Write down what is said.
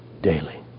daily